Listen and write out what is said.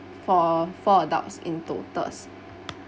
for four adults in totals